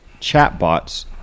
chatbots